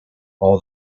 all